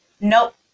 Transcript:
Nope